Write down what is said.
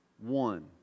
one